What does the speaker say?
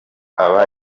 aba